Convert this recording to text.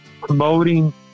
promoting